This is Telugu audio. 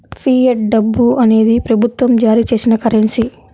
ఫియట్ డబ్బు అనేది ప్రభుత్వం జారీ చేసిన కరెన్సీ